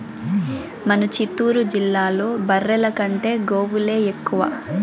మన చిత్తూరు జిల్లాలో బర్రెల కంటే గోవులే ఎక్కువ